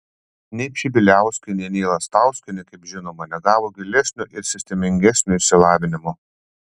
nei pšibiliauskienė nei lastauskienė kaip žinoma negavo gilesnio ir sistemingesnio išsilavinimo